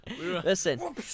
Listen